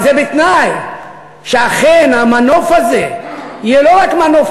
אבל זה בתנאי שאכן המנוף הזה יהיה לא רק מנוף